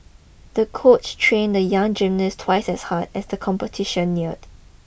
the coach trained the young gymnast twice as hard as the competition neared